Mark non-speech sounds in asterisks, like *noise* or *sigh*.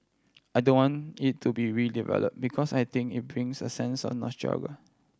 I don't want it to be redevelop because I think it brings a sense of *unintelligible*